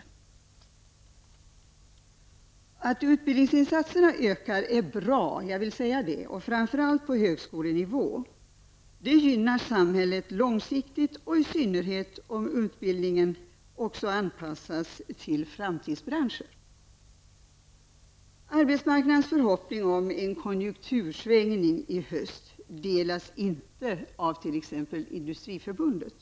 Det är bra att utbildningsinsatserna ökas, framför allt på högskolenivå. Det gynnar samhället långsiktigt, särskilt om utbildningen också anpassas till framtidsbranschen. Arbetsmarknadens förhoppning om en konjunktursvängning i höst delas inte av t.ex. industriförbundet.